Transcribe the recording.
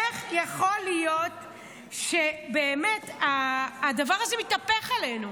איך יכול להיות שהדבר הזה מתהפך עלינו?